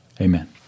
Amen